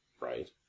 right